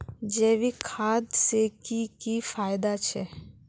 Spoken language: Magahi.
जैविक खाद से की की फायदा छे?